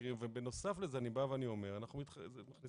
ובנוסף לזה אני בא ואומר שאנחנו מכניסים